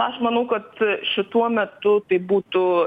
aš manau kad šituo metu tai būtų